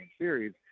series